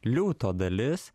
liūto dalis